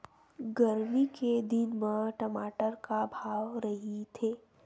गरमी के दिन म टमाटर का भाव रहिथे?